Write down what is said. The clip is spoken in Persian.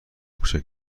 کوچک